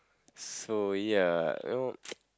so ya you know